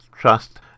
Trust